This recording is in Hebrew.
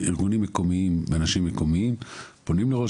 ארגונים מקומיים ואנשים מקומיים פונים לראש